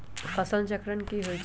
फसल चक्र की होइ छई?